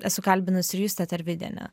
esu kalbinusi ir justę tarvydienę